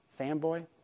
Fanboy